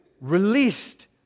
released